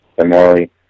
similarly